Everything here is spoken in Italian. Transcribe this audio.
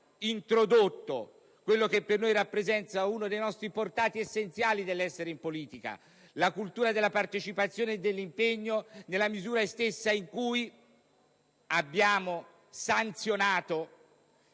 introdotto quello per noi rappresenta uno dei portati essenziali dell'essere in politica, vale a dire la cultura della partecipazione e dell'impegno, nella misura stessa in cui abbiamo sanzionato,